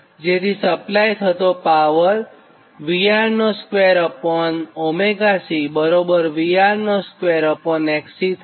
જેથી સપ્લાય થતો power VR2ωC VR2Xc થાય